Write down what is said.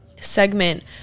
segment